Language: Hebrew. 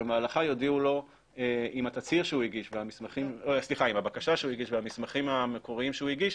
במהלכה יודיעו לו אם הבקשה שהוא הגיש והמסמכים המקוריים שהוא הגיש,